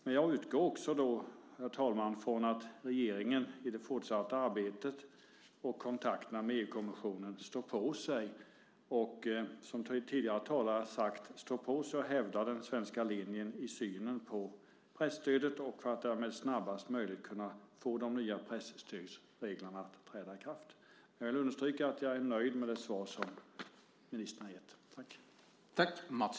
Men jag utgår från, herr talman, att regeringen i det fortsatta arbetet och i kontakter med EU-kommissionen står på sig och - som tidigare talare har sagt - hävdar den svenska linjen i synen på presstödet och att därmed de nya presstödsreglerna ska träda i kraft snarast möjligt. Jag vill understryka att jag är nöjd med det svar ministern har gett.